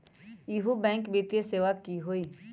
इहु बैंक वित्तीय सेवा की होई?